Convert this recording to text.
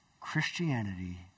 Christianity